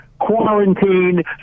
quarantine